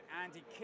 Andy